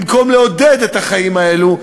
במקום לעודד את החיים האלו,